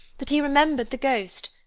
that he remembered the ghost,